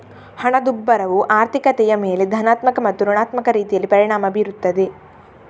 ಹಣದುಬ್ಬರವು ಆರ್ಥಿಕತೆಯ ಮೇಲೆ ಧನಾತ್ಮಕ ಮತ್ತು ಋಣಾತ್ಮಕ ರೀತಿಯಲ್ಲಿ ಪರಿಣಾಮ ಬೀರುತ್ತದೆ